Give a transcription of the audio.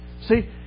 See